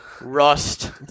Rust